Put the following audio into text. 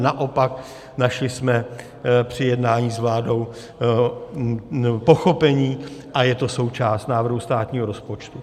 Naopak našli jsme při jednání s vládou pochopení a je to součást návrhů státního rozpočtu.